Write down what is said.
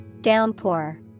downpour